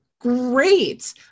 Great